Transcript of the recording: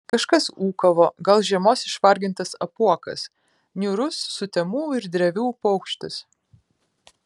kažkas ūkavo gal žiemos išvargintas apuokas niūrus sutemų ir drevių paukštis